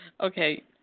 Okay